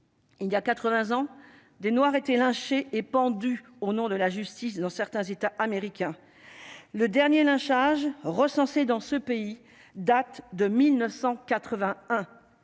il y a 80 ans, des Noirs, été lynché et pendu au nom de la justice dans certains États américains, le dernier lynchage recensés dans ce pays date de 1981